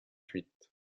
huit